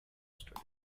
study